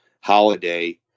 Holiday